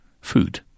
food